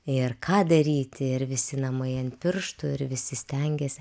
ir ką daryti ir visi namai ant pirštų ir visi stengėsi